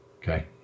Okay